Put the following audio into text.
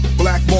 black